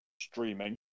streaming